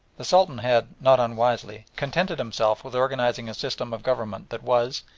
the sultan had, not unwisely, contented himself with organising a system of government that was,